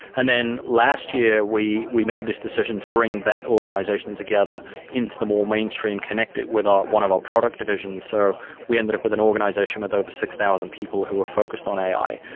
and then last year we we made this decision to bring that organisation together into the more mainstream, connect it with one of our product divisions. so we ended up with an organisation with over six thousand people who were focused on ai,